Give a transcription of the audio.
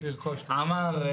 אמר,